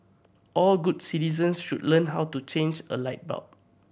all good citizens should learn how to change a light bulb